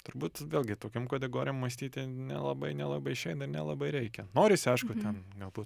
turbūt vėlgi tokiom kategorijom mąstyti nelabai nelabai išeina ir nelabai reikia norisi aišku ten galbūt